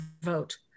vote